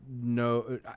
No